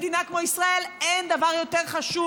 במדינה כמו ישראל אין דבר יותר חשוב.